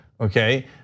okay